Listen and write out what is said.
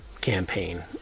campaign